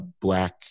Black